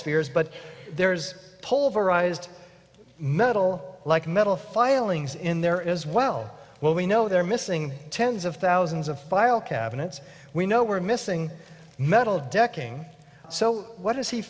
spheres but there's pulver arised metal like metal filings in there as well well we know they're missing tens of thousands of file cabinets we know we're missing metal decking so what d